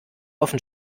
offen